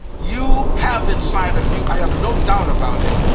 you have inside of you, i have no doubt about it,